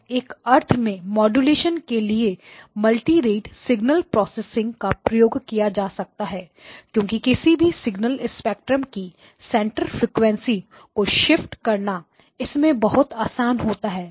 और एक अर्थ में माड्यूलेशन के लिए मल्टी रेट सिग्नल प्रोसेसिंग का उपयोग किया जा सकता है क्योंकि किसी भी सिग्नल स्पेक्ट्रमकी सेंटर फ्रीक्वेंसी को शिफ्ट करना इसमें बहुत आसान होता है